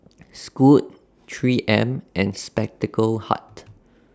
Scoot three M and Spectacle Hut